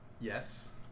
Yes